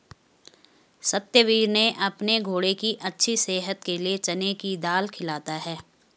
सत्यवीर ने अपने घोड़े की अच्छी सेहत के लिए चने की दाल खिलाता है